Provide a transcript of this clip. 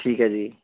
ਠੀਕ ਹੈ ਜੀ